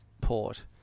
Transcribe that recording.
port